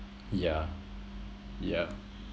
yeah yeah